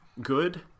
good